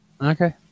Okay